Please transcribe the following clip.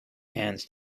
hands